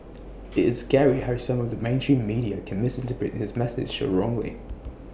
it's scary how some of the mainstream media can misinterpret his message so wrongly